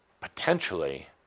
potentially